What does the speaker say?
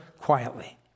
quietly